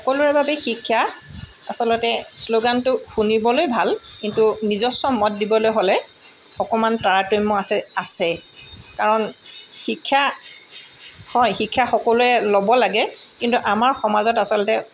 সকলোৰে বাবে শিক্ষা আচলতে শ্ল'গানটো শুনিবলৈ ভাল কিন্তু নিজস্ব মত দিবলৈ হ'লে অকণমান তাৰতম্য আছে আছে কাৰণ শিক্ষা হয় শিক্ষা সকলোৱে ল'ব লাগে কিন্তু আমাৰ সমাজত আচলতে